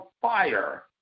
fire